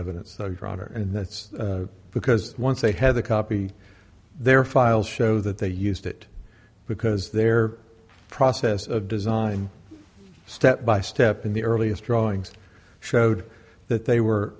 evidence and that's because once they have the copy their files show that they used it because their process of design step by step in the earliest drawings showed that they were